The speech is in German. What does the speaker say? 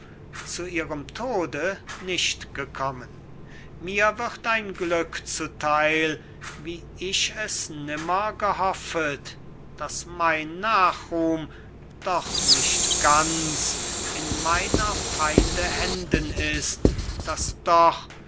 zu ihrem tode nicht gekommen mir wird ein glück zuteil wie ich es nimmer gehoffet daß mein nachruhm doch nicht ganz in meiner feinde händen ist daß doch